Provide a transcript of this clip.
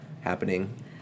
happening